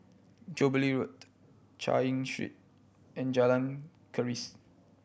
Jubilee Road Chay Yan Street and Jalan Keris